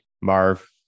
marv